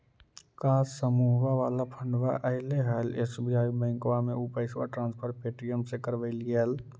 का समुहवा वाला फंडवा ऐले हल एस.बी.आई बैंकवा मे ऊ पैसवा ट्रांसफर पे.टी.एम से करवैलीऐ हल?